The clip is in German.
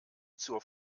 zur